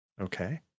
Okay